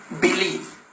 Believe